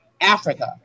Africa